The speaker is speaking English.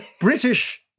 British